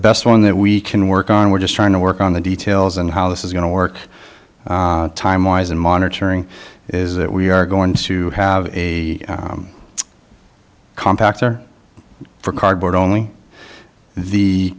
best one that we can work on we're just trying to work on the details and how this is going to work time wise and monitoring is that we are going to have a compact or for cardboard only the